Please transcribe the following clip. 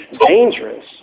dangerous